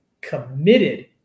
committed